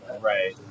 Right